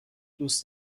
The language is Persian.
دوست